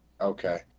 Okay